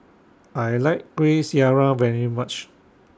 I like Kueh Syara very much